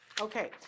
Okay